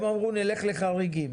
הם אמרו נלך לחריגים,